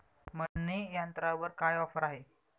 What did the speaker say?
मळणी यंत्रावर काय ऑफर आहे?